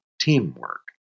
teamwork